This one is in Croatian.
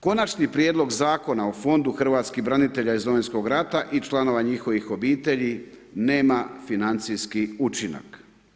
Konačni prijedlog Zakona o fondu hrvatskih branitelja iz Domovinskog rata i članova njihovih obitelji nema financijski učinak.